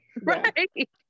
Right